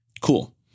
Cool